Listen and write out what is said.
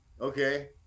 okay